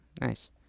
Nice